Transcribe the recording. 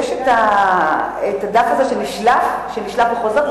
הדף הזה שנשלף וחוזר,